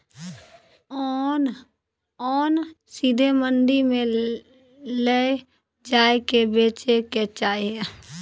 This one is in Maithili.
ओन सीधे मंडी मे लए जाए कय बेचे के चाही